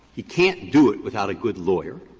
you can't do it without a good lawyer.